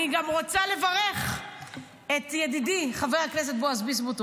אני גם רוצה לברך את ידידי חבר הכנסת בועז ביסמוט,